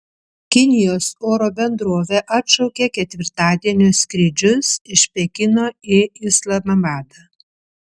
kinijos oro bendrovė atšaukė ketvirtadienio skrydžius iš pekino į islamabadą